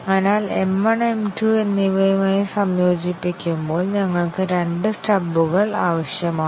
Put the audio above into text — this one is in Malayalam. അതിനാൽ M 1 M 2 എന്നിവയുമായി സംയോജിപ്പിക്കുമ്പോൾ ഞങ്ങൾക്ക് രണ്ട് സ്റ്റബുകൾ ആവശ്യമാണ്